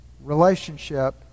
relationship